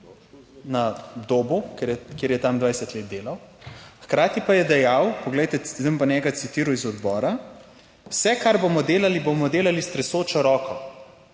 na Dobu, kjer je tam 20 let delal, hkrati pa je dejal, poglejte, zdaj bom pa njega citiral iz odbora: "Vse kar bomo delali bomo delali s tresočo roko."